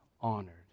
honored